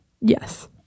Yes